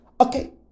Okay